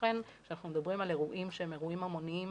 לכן כשאנחנו מדברים על אירועים שהם אירועים המוניים